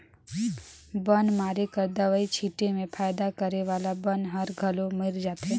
बन मारे कर दवई छीटे में फायदा करे वाला बन हर घलो मइर जाथे